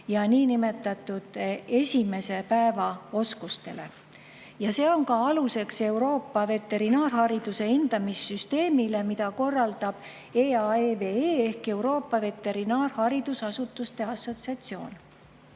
ja niinimetatud esimese päeva oskustele. See on ka aluseks Euroopa veterinaarhariduse hindamissüsteemile, mida korraldab EAEVE ehk Euroopa Veterinaarharidusasutuste Assotsiatsioon.